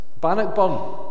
Bannockburn